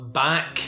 back